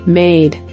made